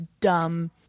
dumb